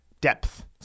depth